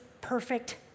perfect